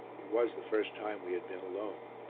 it was the first time we had been alone.